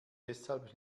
deshalb